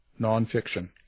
nonfiction